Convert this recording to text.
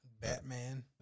Batman